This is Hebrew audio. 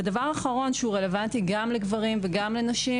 ודבר אחרון שהוא רלוונטי גם לגברים וגם לנשים,